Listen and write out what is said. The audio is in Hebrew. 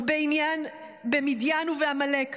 במדיין ובעמלק.